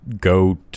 goat